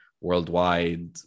Worldwide